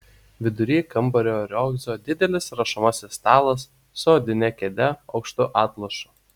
vidury kambario riogso didelis rašomasis stalas su odine kėde aukštu atlošu